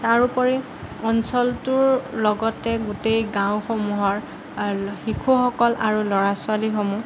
তাৰোপৰি অঞ্চলটোৰ লগতে গোটেই গাওঁসমূহৰ শিশুসকল আৰু ল'ৰা ছোৱালীসমূহ